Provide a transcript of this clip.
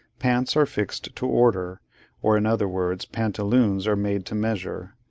pants are fixed to order or in other words, pantaloons are made to measure.